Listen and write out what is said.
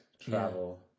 travel